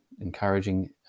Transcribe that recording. encouraging